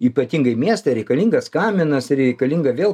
ypatingai mieste reikalingas kaminas reikalinga vėl